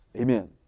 Amen